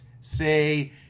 say